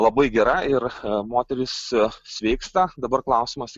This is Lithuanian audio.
labai gera ir moteris sveiksta dabar klausimas